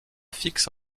fixe